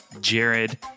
jared